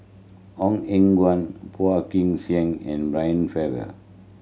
Ong Eng Guan Phua Kin Siang and Brian Farrell